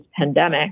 pandemic